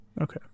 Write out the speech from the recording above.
Okay